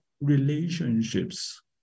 relationships